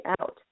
out